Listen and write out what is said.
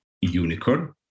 unicorn